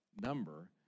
number